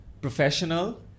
Professional